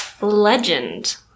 legend